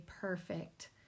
perfect